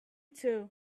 too